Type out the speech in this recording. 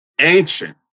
ancient